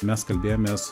mes kalbėjomės